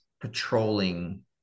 patrolling